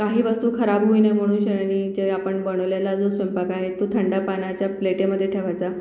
काही वस्तू खराब होऊ नाही म्हणून शण्यानी जे आपण बनोलेला जो स्वयंपाक आहे तो थंडा पाण्याच्या प्लेटेमध्ये ठेवायचा